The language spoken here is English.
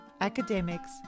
academics